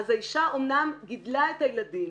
אז האישה אמנם גידלה את הילדים,